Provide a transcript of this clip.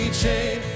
chain